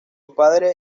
padre